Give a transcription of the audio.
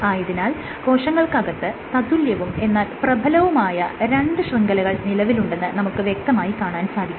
ആയതിനാൽ കോശങ്ങൾക്കകത്ത് തത്തുല്യവും എന്നാൽ പ്രബലവുമായ രണ്ട് ശൃംഖലകൾ നിലവിലുണ്ടെന്ന് നമുക്ക് വ്യക്തമായി കാണാൻ സാധിക്കും